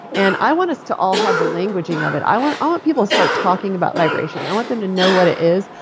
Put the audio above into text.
and i want us to all have the languaging of it. i want ah want people to start talking about vibration. i want them to know what it is.